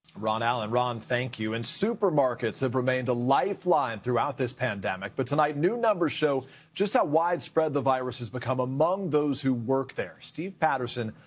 ron allen. ron, thank you. and supermarkets have remained a lifeline, throughout this pandemic. but tonight, new numbers show just how widespread the virus has become among those who work there. steve patterson,